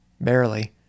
Barely